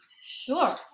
sure